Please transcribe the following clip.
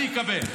אני אקבל,